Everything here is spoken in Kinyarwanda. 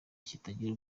kitagira